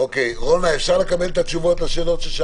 אפשר לקבל את התשובות לשאלות?